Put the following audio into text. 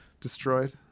destroyed